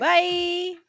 Bye